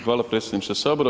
Hvala predsjedniče Sabora.